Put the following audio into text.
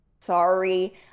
sorry